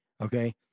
okay